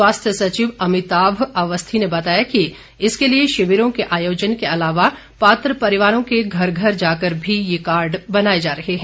स्वास्थ्य सचिव अमिताभ अवस्थी ने बताया कि इसके लिए शिविरों के आयोजन के अलावा पात्र परिवारों के घर घर जाकर भी ये कार्ड बनाए जा रहे हैं